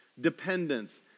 Dependence